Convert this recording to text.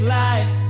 life